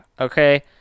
okay